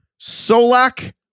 Solak